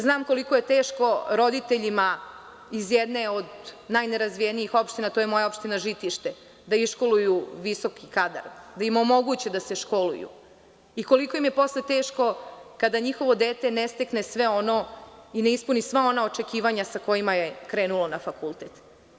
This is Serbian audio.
Znam koliko je teško roditeljima iz jedne od najnerazvijenijih opština, to je moja opština Žitište, da iškoluju visoki kadar, da im omoguće da se školuju, koliko im je posle teško kada njihovo dete ne stekne sve ono i ne ispuni sva ona očekivanja sa kojima je krenulo na fakultet.